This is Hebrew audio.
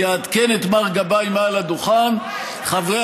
אני אעדכן את מר גבאי מעל הדוכן: חברי